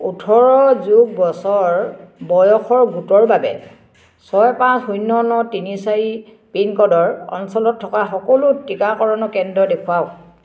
ওঠৰ যোগ বছৰ বয়সৰ গোটৰ বাবে ছয় পাঁচ শূন্য ন তিনি চাৰি পিনক'ডৰ অঞ্চলত থকা সকলো টিকাকৰণ কেন্দ্ৰ দেখুৱাওক